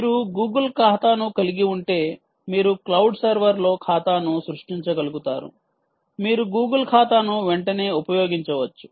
మీరు గూగుల్ ఖాతాను కలిగి ఉంటే మీరు క్లౌడ్ సర్వర్లో ఖాతాను సృష్టించగలుగుతారు మీరు గూగుల్ ఖాతాను వెంటనే ఉపయోగించవచ్చు